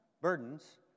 burdens